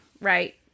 right